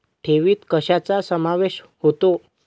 ठेवीत कशाचा समावेश होतो?